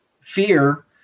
fear